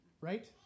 Right